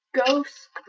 ghost